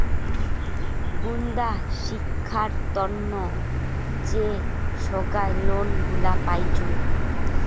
বুন্দা শিক্ষার তন্ন যে সোগায় লোন গুলা পাইচুঙ